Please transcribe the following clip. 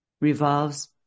revolves